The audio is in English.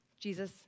Jesus